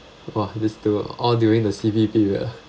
!wah! this two all during the C_B period ah